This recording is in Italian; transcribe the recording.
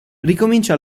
ricomincia